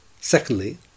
Secondly